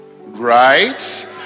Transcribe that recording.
right